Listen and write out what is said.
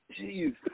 Jeez